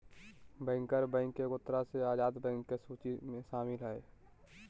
banker bank एगो तरह से आजाद बैंक के सूची मे शामिल हय